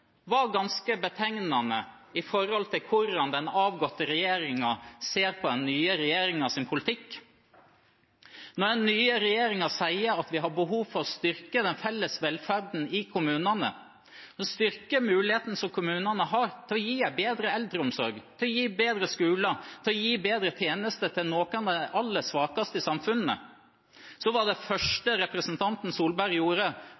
var ganske betegnende når det gjelder hvordan den avgåtte regjeringen ser på den nye regjeringens politikk. Da den nye regjeringen sa at vi har behov for å styrke den felles velferden i kommunene – styrke mulighetene som kommunene har til å gi en bedre eldreomsorg, til å gi bedre skoler, til å gi bedre tjenester til noen av de aller svakeste i samfunnet – var det første representanten Solberg gjorde,